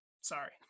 sorry